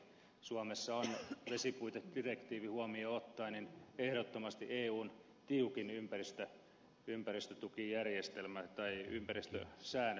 suomessa on vesipuitedirektiivi huomioon ottaen ehdottomasti eun tiukin ympäristötukijärjestelmä tai ympäristösäännöt kaiken kaikkiaan